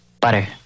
butter